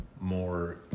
more